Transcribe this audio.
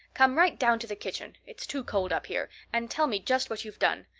come right down to the kitchen it's too cold up here and tell me just what you've done.